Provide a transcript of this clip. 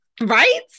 Right